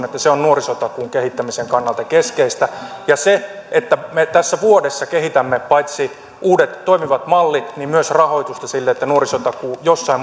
että se on nuorisotakuun kehittämisen kannalta keskeistä ja se että me vuodessa kehitämme paitsi uudet toimivat mallit myös rahoitusta sille että nuorisotakuu jossain